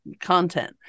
content